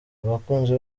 abakunzi